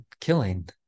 killing